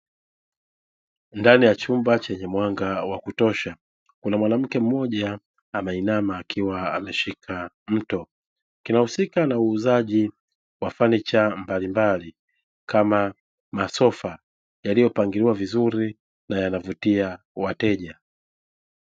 Ndani ya chumba chenye mwanga wa kutosha, kuna mwanamke mmoja ameina, akiwa ameshika mtu kinahusika na uuzaji wa fenicha mbalimbali kama masofa yaliyopangiliwa vizuri na yanavutia wateja.